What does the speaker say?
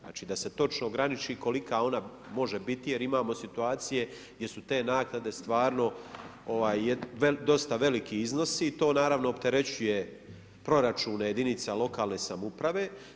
Znači da se točno ograniči koliko ona može biti jer imamo situacije gdje su te naknade stvarno dosta veliki iznosi i to naravno opterećuje proračune jedinica lokalne samouprave.